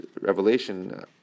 revelation